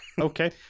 okay